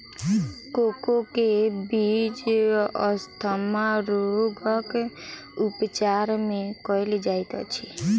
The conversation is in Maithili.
कोको के बीज अस्थमा रोगक उपचार मे कयल जाइत अछि